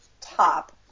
top